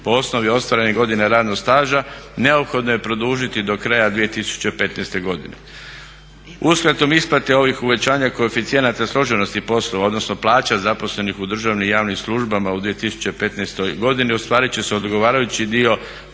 po osnovi ostvarenih godina radnog staža neophodno je produžiti do kraja 2015. godine. Uskratom isplate ovih uvećanja koeficijenata složenosti poslova, odnosno plaće zaposlenih u državnim i javnim službama u 2015. godini ostvarit će se odgovarajući dio